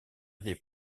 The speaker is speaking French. été